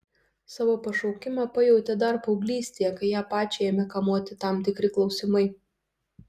savo pašaukimą pajautė dar paauglystėje kai ją pačią ėmė kamuoti tam tikri klausimai